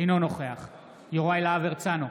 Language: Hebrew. אינו נוכח יוראי להב הרצנו,